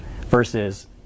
versus